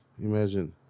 Imagine